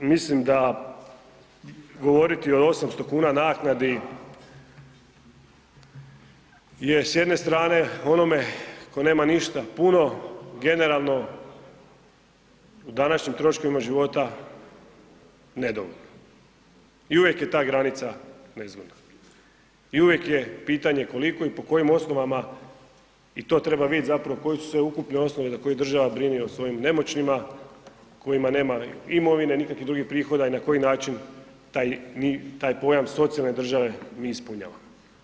Mislim da govoriti od 800,00 kn naknadi je s jedne strane onome ko nema ništa puno, generalno o današnjim troškovima života nedovoljno i uvijek je ta granica nezgodna i uvijek je pitanje koliko i po kojim osnovama i to treba vidit zapravo koji su sve ukupne osnove za koje država brine o svojim nemoćnima kojima nema imovine, nikakvih drugih prihoda i na koji način taj, taj pojam socijalne države mi ispunjavamo.